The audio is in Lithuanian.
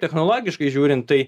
technologiškai žiūrint tai